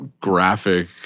graphic